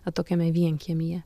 atokiame vienkiemyje